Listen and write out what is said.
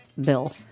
bill